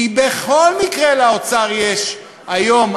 כי בכל מקרה לאוצר יש היום,